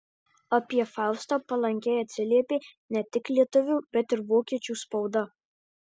apie faustą palankiai atsiliepė ne tik lietuvių bet ir vokiečių spauda